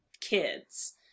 kids